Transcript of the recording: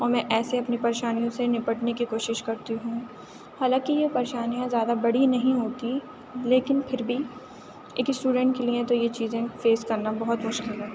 اور میں ایسے اپنی پریشانیوں سے نپٹنے کی کوشش کرتی ہوں حالانکہ یہ پریشانیاں زیادہ بڑی نہیں ہوتیں لیکن پھر بھی ایک اسٹوڈینٹ کے لیے تو یہ چیزیں فیس کرنا بہت مشکل ہے